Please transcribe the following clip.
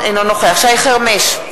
אינו נוכח שי חרמש,